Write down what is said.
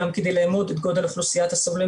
כדי לאמוד את גודל אוכלוסיית הסובלים